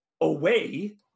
away